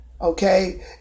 Okay